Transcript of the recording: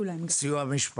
אני אישית נעזרתי בסיוע המשפטי,